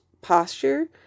posture